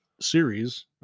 series